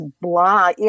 blah